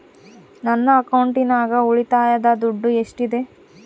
ನನ್ನ ಅಕೌಂಟಿನಾಗ ಉಳಿತಾಯದ ದುಡ್ಡು ಎಷ್ಟಿದೆ?